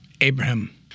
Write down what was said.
Abraham